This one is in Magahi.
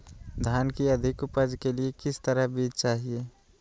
धान की अधिक उपज के लिए किस तरह बीज चाहिए?